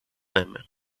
ними